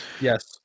Yes